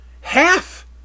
Half